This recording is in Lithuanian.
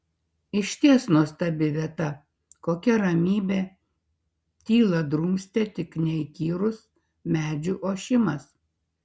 išties nuostabi vieta kokia ramybė tylą drumstė tik neįkyrus medžių ošimas